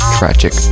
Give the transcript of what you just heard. Tragic